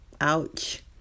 ouch